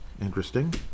Interesting